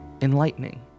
enlightening